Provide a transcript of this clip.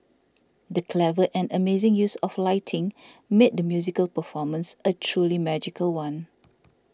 the clever and amazing use of lighting made the musical performance a truly magical one